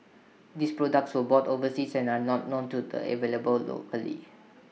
these products were bought overseas and are not known to the available locally